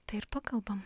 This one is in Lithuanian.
tai ir pakalbam